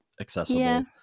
accessible